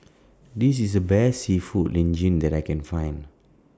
This IS The Best Seafood Linguine that I Can Find